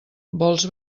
vols